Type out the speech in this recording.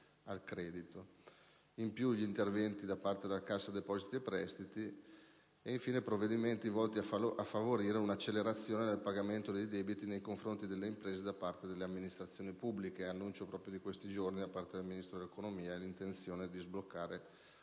adottati interventi da parte della Cassa depositi e prestiti S.p.A. e provvedimenti volti a favorire e accelerare il pagamento dei debiti nei confronti delle imprese da parte delle amministrazioni pubbliche: è annuncio proprio di questi giorni da parte del Ministro dell'economia l'intenzione di sbloccare oltre